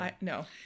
No